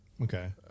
Okay